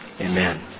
Amen